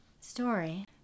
story